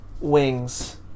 wings